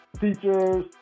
teachers